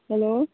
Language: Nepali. हेलो